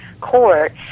court